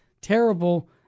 terrible